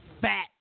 fat